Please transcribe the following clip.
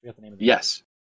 Yes